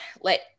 let